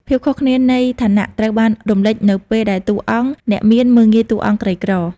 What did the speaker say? ភាពខុសគ្នានៃឋានៈ ត្រូវបានរំលេចនៅពេលដែលតួអង្គអ្នកមានមើលងាយតួអង្គក្រីក្រ។